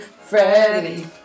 Freddie